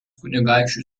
kunigaikščių